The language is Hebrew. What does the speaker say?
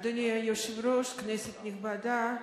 אדוני היושב-ראש, כנסת נכבדה,